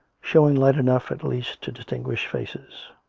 showing light enough at least to distinguish faces.